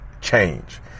change